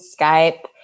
Skype